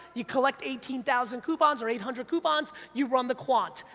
you collect eighteen thousand coupons or eight hundred coupons, you run the quant.